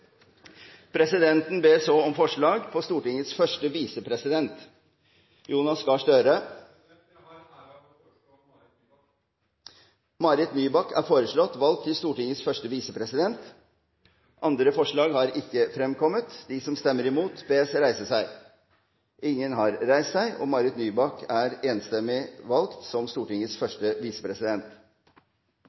Presidenten ber så om forslag på Stortingets første visepresident. Jeg har den ære å foreslå Marit Nybakk. Marit Nybakk er foreslått valgt til Stortingets første visepresident. – Andre forslag foreligger ikke. Presidenten ber så om forslag på Stortingets andre visepresident. Jeg har den glede å foreslå Kenneth Svendsen. Kenneth Svendsen er foreslått valgt til Stortingets andre visepresident.